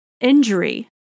injury